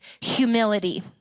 humility